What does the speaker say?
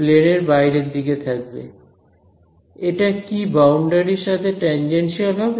প্লেনের বাইরের দিকে থাকবে এটা কি বাউন্ডারির সাথে টেনজেনশিয়াল হবে